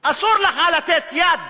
אסור לך לתת יד